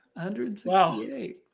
168